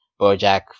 Bojack